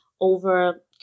over